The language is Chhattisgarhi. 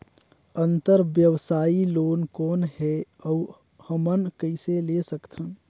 अंतरव्यवसायी लोन कौन हे? अउ हमन कइसे ले सकथन?